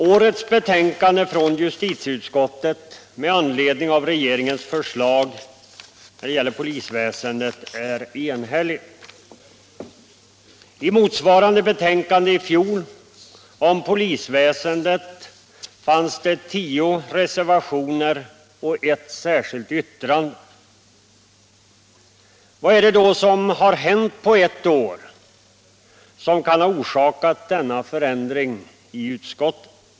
Årets betänkande från justitieutskottet med anledning av regeringens förslag när det gäller polisväsendet är enhälligt. I motsvarande betänkande i fjol fanns tio reservationer och ett särskilt yttrande. Vad är det då som har hänt på ett år och som kan ha orsakat denna förändring i utskottet?